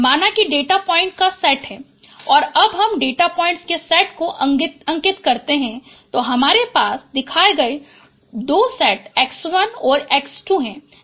माना कि एक डेटा पॉइंट का सेट है और अब हम डेटा पॉइंट्स के सेट को अंकित करते हैं तो हमारे पास दिखाए गए 2 सेट X1 और X2 है